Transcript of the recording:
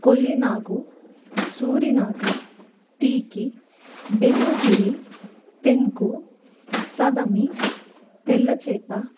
కొల్లినాగు సూరినాక టీకి బెలూగిరి టెంకు సదమి తెల్లచేప